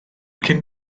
cyn